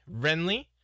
Renly